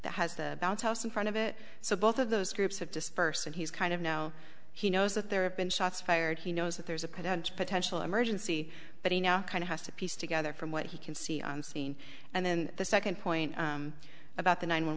that has the bounce house in front of it so both of those groups have dispersed and he's kind of know he knows that there have been shots fired he knows that there's a potential potential emergency but he now kind of has to piece together from what he can see on scene and then the second point about the nine one